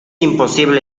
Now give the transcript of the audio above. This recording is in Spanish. imposible